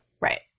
Right